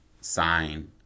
sign